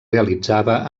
realitzava